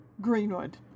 Greenwood